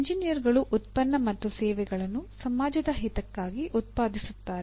ಎಂಜಿನಿಯರ್ಗಳು ಉತ್ಪನ್ನ ಮತ್ತು ಸೇವೆಗಳನ್ನು ಸಮಾಜದ ಹಿತಕ್ಕಾಗಿ ಉತ್ಪಾದಿಸುತ್ತಾರೆ